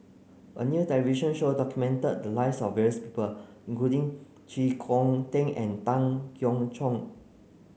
a new television show documented the lives of various people including Chee Kong Tet and Tan Keong Choon